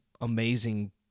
amazing